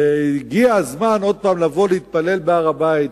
שהגיע הזמן לבוא להתפלל בהר-הבית,